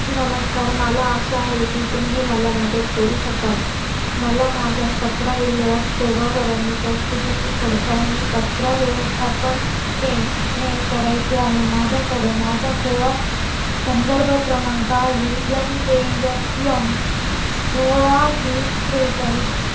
नमस्कार मला आशा आहे की तुम्ही मला मदत करू शकाल मला माझ्या कचरा विल्हेवाट सेवा वर्गणीच्या स्थितीची पडताळणी कचरा व्यवस्थापन इंकने करायची आहे माझ्याकडे माझा सेवा संदर्भ क्रमांक आहे यन के यप यम सोळा वीस सेहेचाळीस